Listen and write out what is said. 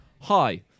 Hi